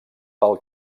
pel